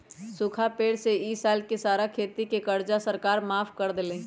सूखा पड़े से ई साल के सारा खेती के कर्जा सरकार माफ कर देलई